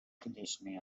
conditioning